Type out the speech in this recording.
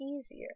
easier